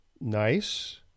Nice